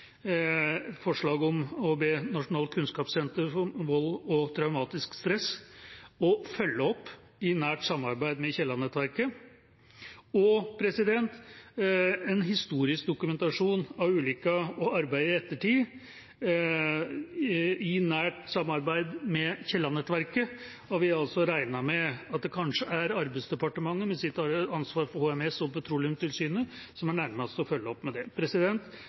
forslag om å be Nasjonalt kunnskapssenter om vold og traumatisk stress om å følge opp i nært samarbeid med Kielland-nettverket. En historisk dokumentasjon av ulykken og arbeidet i ettertid, i nært samarbeid med Kielland-nettverket, har vi regnet med at det kanskje er Arbeidsdepartementet, med sitt ansvar for HMS og Petroleumstilsynet, som er nærmest til å følge opp.